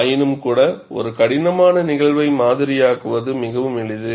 ஆயினும்கூட ஒரு கடினமான நிகழ்வை மாதிரியாக்குவது மிகவும் எளிது